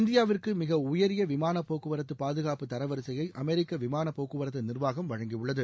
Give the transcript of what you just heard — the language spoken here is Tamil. இந்தியாவிற்கு மிக உயரிய விமானப்போக்குவரத்து பாதுகாப்பு தரவரிசையை அமெரிக்க விமானப்போக்குவரத்து நிர்வாகம் வழங்கியுள்ளது